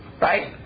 Right